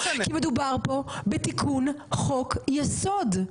כי מדובר פה בתיקון חוק יסוד,